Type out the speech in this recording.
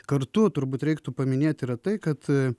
kartu turbūt reiktų paminėti yra tai kad